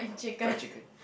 fried chicken